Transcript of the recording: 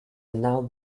now